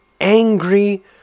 angry